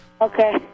Okay